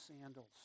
sandals